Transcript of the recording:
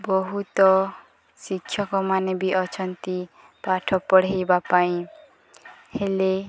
ବହୁତ ଶିକ୍ଷକମାନେ ବି ଅଛନ୍ତି ପାଠ ପଢ଼ାଇବା ପାଇଁ ହେଲେ